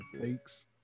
Thanks